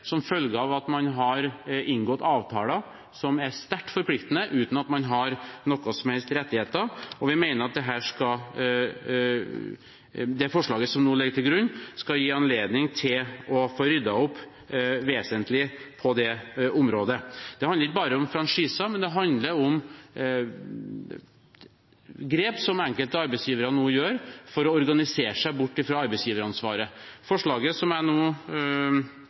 som følge av å ha inngått avtaler som er sterkt forpliktende, uten at man har noen som helst rettigheter, og vi mener at det forslaget som nå ligger til grunn, skal gi anledning til å få ryddet opp vesentlig på det området. Det handler ikke bare om franchise, men det handler om grep som enkelte arbeidsgivere nå gjøre for å organisere seg bort fra arbeidsgiveransvaret. Forslagene – som jeg